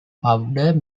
powder